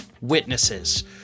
witnesses